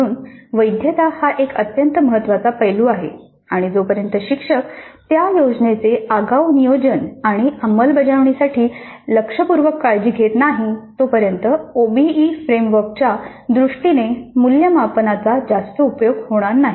म्हणून वैधता हा एक अत्यंत महत्वाचा पैलू आहे आणि जोपर्यंत शिक्षक त्या योजनेचे आगाऊ नियोजन आणि अंमलबजावणीसाठी लक्षपूर्वक काळजी घेत नाही तोपर्यंत ओबीई फ्रेमवर्कच्या दृष्टीने मूल्यमापनाचा जास्त उपयोग होणार नाही